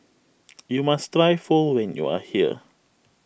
you must try Pho when you are here